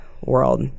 world